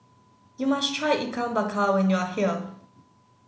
you must try Ikan Bakar when you are here